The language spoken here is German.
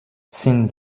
sind